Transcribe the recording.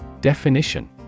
Definition